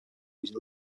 using